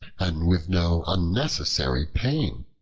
and with no unnecessary pain.